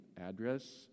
address